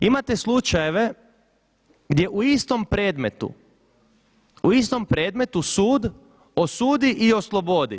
Imate slučajeve gdje u istom predmetu sud osudi i oslobodi.